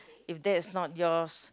if that is not your's